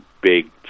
big